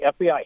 FBI